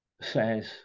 says